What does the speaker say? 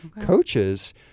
coaches